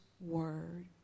word